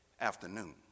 afternoon